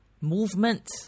movement